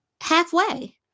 halfway